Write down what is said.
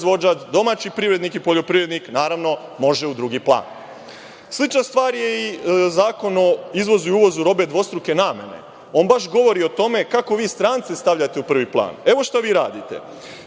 domaći privrednik i poljoprivrednik može naravno u drugi plan. Slična stvar je i Zakon o izvozu i uvozu robe dvostruke namene. On baš govori o tome kako vi strance stavljate u prvi plan. Evo šta vi radite,